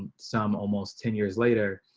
some almost ten years later.